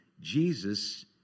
Jesus